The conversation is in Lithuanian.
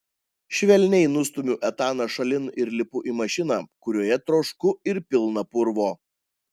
švelniai nustumiu etaną šalin ir lipu į mašiną kurioje trošku ir pilna purvo